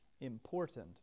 important